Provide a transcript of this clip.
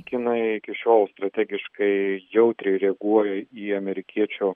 kinai iki šiol strategiškai jautriai reaguoja į amerikiečių